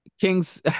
Kings